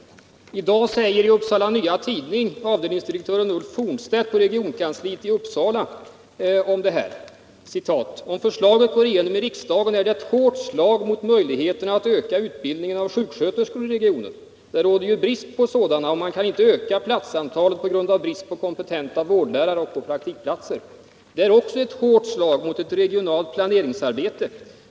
I dag säger i Upsala Nya Tidning avdelningsdirektören Ulf Fornstedt på regionkansliet i Uppsala om detta: ”Om förslaget går igenom i riksdagen är det ett hårt slag mot möjligheterna att öka utbildningen av sjuksköterskor i regionen. Det råder ju brist på sådana och man kan inte öka platsantalet pga brist på kompetenta vårdlärare och på praktikplatser. Det är också ett hårt slag mot ett regionalt planeringsarbete.